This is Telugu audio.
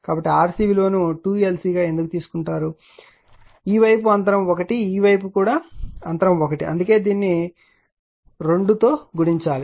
కాబట్టి RC విలువను 21C గా ఎందుకు తీసుకుంటారు ఈ వైపు అంతరం 1 ఈ వైపు కూడా అంతరం 1 అందుకే దీనిని 2 గుణించాలి